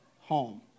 home